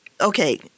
okay